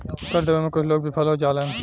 कर देबे में कुछ लोग विफल हो जालन